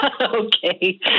Okay